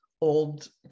old